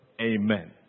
amen